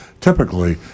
Typically